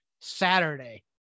Saturday